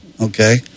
Okay